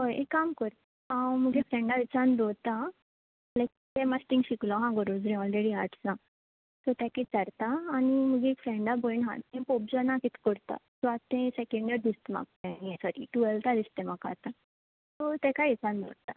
हय एक काम कोर हांव मुगे फ्रेंडा विचान दवरतां लायक तें मातशें तिंगा शिकलो आसा गो रोझरी अलरेडी आर्टसान सो ताका विचारता आनी म्हुगे एक फ्रेंडा भयण आसा ती पोप जॉना कित करता सो तें आतां सेकेंज ईयर दिसता म्हाका तें हें सॉरी टुवेल्ता दिसता तें म्हाका आतां सो तेकाय विच्चान